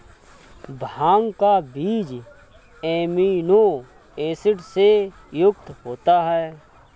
भांग का बीज amino acid से युक्त होता है